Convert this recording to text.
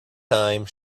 time